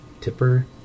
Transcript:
tipper